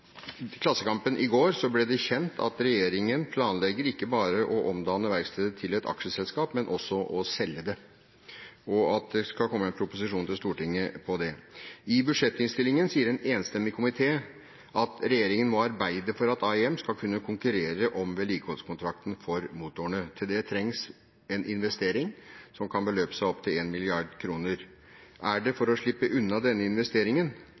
går ble det kjent at regjeringen planlegger ikke bare å omdanne verkstedet til et aksjeselskap, men også å selge det, og at det skal komme en proposisjon til Stortinget om det. I budsjettinnstillingen sier en enstemmig komité at regjeringen må arbeide for at AIM skal kunne konkurrere om vedlikeholdskontrakten for motorene. Til det trengs en investering som kan beløpe seg opptil 1 mrd. kr. Er det for å slippe unna denne investeringen